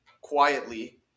quietly